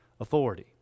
authority